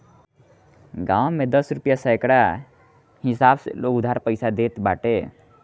गांव में दस रुपिया सैकड़ा कअ हिसाब से लोग उधार पईसा देत बाटे